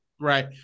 Right